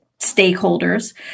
stakeholders